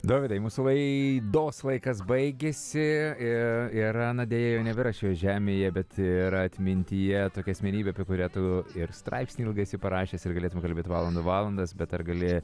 dovydai mūsų laidos laikas baigiasi ir yra na deja jau nebėra šioj žemėje bet yra atmintyje tokia asmenybė kuria tu ir straipsnį ilgai esi parašęs ir galėtumei kalbėti valandų valandas bet ar gali